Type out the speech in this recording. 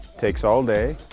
takes all day,